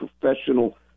professional